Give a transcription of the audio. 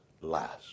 last